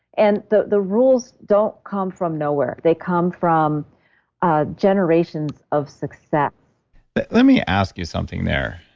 and the the rules don't come from nowhere. they come from ah generations of success but let me ask you something there.